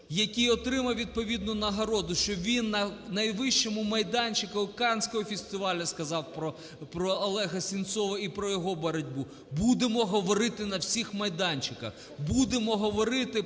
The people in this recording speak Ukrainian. який отримав відповідну нагороду, що він на найвищому майданчику Канського фестивалю сказав про Олега Сенцова і про його боротьбу. Будемо говорити на всіх майданчиках. Будемо говорити про